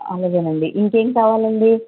అలాగేనండి ఇంకా ఏం కావాలండి